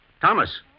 Thomas